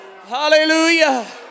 hallelujah